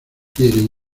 quiere